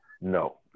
no